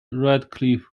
radcliffe